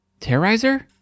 Terrorizer